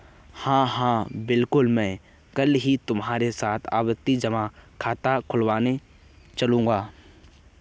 हां हां बिल्कुल मैं कल ही तुम्हारे साथ आवर्ती जमा खाता खुलवाने चलूंगा